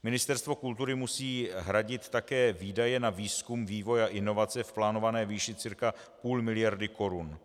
Ministerstvo kultury musí hradit také výdaje na výzkum, vývoj a inovace v plánované výši cca 0,5 mld. korun.